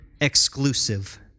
exclusive